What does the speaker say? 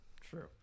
true